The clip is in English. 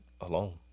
alone